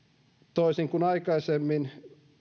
toisin kuin aikaisemmin